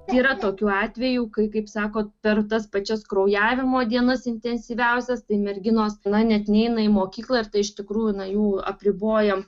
yra tokių atvejų kai kaip sakot per tas pačias kraujavimo dienas intensyviausias tai merginos na net neina į mokyklą ir tai iš tikrųjų nuo jų apribojam